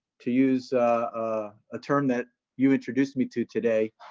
to use a ah term that you introduced me to today,